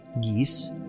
geese